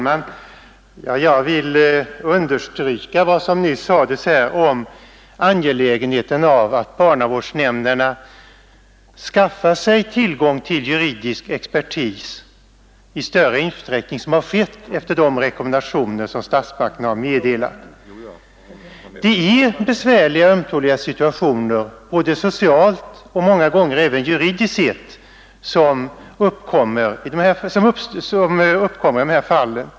Fru talman! Jag vill understryka vad som nyss sades om angelägenheten av att barnavårdsnämnderna skaffar sig tillgång till juridisk expertis i större utsträckning än som skett efter de rekommendationer som statsmakterna har meddelat. Det är besvärliga och ömtåliga situationer både socialt och många gånger även juridiskt som uppkommer i dessa fall.